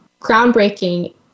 groundbreaking